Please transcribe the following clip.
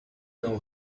know